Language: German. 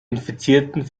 infizierten